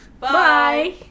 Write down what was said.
Bye